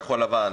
כחול לבן,